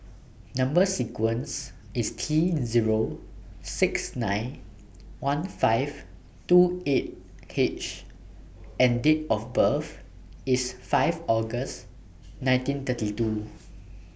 Number sequence IS T Zero six nine one five two eight H and Date of birth IS five August nineteen thirty two